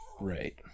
Right